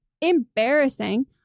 embarrassing